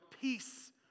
peace